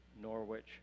Norwich